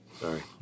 sorry